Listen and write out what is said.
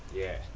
yeah